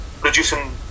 producing